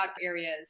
areas